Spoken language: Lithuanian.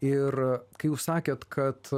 ir kai jūs sakėt kad